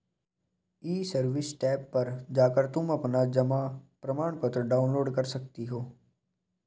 ई service tab पर जाकर तुम अपना जमा प्रमाणपत्र डाउनलोड कर सकती हो